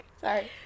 Sorry